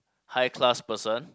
high class person